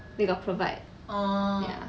they got provide ya